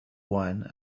wine